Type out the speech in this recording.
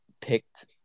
picked